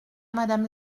madame